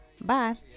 Bye